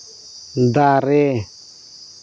ᱫᱟᱨᱮ